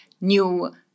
new